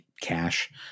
cash